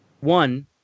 One